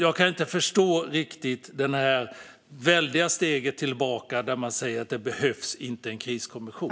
Jag kan inte riktigt förstå det här väldiga steget tillbaka, att man säger att det inte behövs en kriskommission.